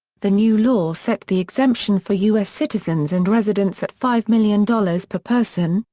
the new law set the exemption for u s. citizens and residents at five million dollars per person,